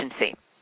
efficiency